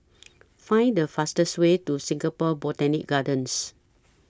Find The fastest Way to Singapore Botanic Gardens